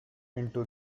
into